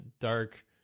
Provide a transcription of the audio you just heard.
dark